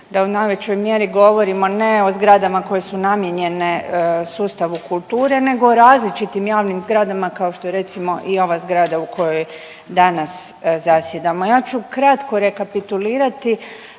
da u najvećoj mjeri govorimo ne o zgradama koje su namijenjene sustavu kulture nego različitim javnim zgradama kao što je recimo i ova zgrada u kojoj danas zasjedamo. Ja ću kratko rekapitulirati